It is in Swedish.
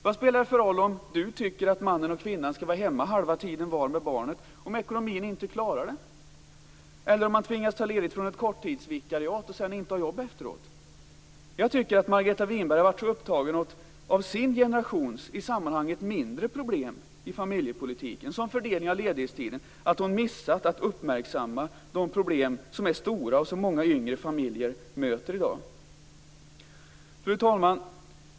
Vad spelar det för roll om Margareta Winberg tycker att mannen och kvinnan skall vara hemma halva tiden var med barnet om ekonomin inte klarar det eller om man tvingas ta ledigt från ett korttidsvikariat och sedan inte har jobb efteråt? Jag tycker att Margareta Winberg har varit så upptagen av sin generations i sammanhanget mindre problem i familjepolitiken - såsom fördelningen av ledighetstiden - att hon missat att uppmärksamma de problem som är stora och som många yngre familjer i dag möter. Fru talman!